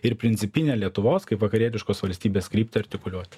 ir principinę lietuvos kaip vakarietiškos valstybės kryptį artikuliuoti